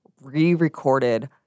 re-recorded